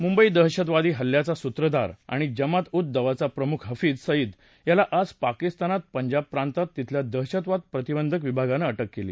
मुंबई दहशतवादी हल्ल्याचा सूत्रधार आणि जमात उद दावाचा प्रमुख हफीझ सईद याला आज पाकिस्तानात पंजाब प्रांतात तिथल्या दहशतवाद प्रतिबंधक विभागानं अटक केली